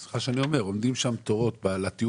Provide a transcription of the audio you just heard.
סליחה שאני אומר עומדים בתור מטורף לצורך